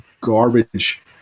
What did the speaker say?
garbage